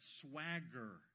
swagger